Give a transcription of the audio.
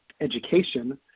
education